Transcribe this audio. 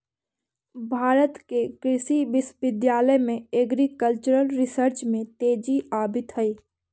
भारत के कृषि विश्वविद्यालय में एग्रीकल्चरल रिसर्च में तेजी आवित हइ